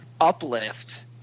uplift